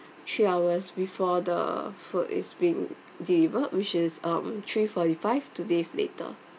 three hours before the food is being delivered which is um three forty five two days later